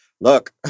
look